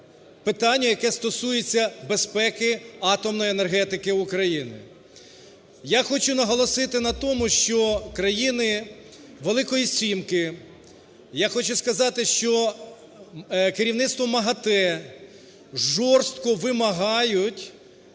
Я хочу наголосити на тому, що країни Великої сімки, я хочу сказати, що керівництво МАГАТЕ жорстко вимагають